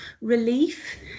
relief